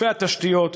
גופי התשתיות,